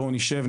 בואו נשב,